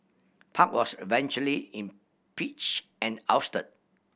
park was eventually impeached and ousted